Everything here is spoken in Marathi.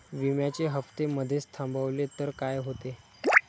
विम्याचे हफ्ते मधेच थांबवले तर काय होते?